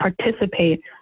participate